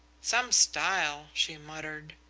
some style, she muttered.